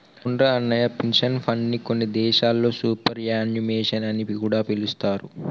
అవునురా అన్నయ్య పెన్షన్ ఫండ్ని కొన్ని దేశాల్లో సూపర్ యాన్యుమేషన్ అని కూడా పిలుస్తారు